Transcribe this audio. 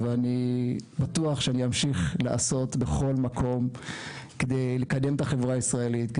ואני בטוח שאני אמשיך לעשות בכל מקום כדי לקדם את החברה הישראלית,